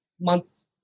months